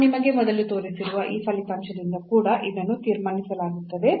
ನಾನು ನಿಮಗೆ ಮೊದಲು ತೋರಿಸಿರುವ ಈ ಫಲಿತಾಂಶದಿಂದ ಕೂಡ ಇದನ್ನು ತೀರ್ಮಾನಿಸಲಾಗುತ್ತದೆ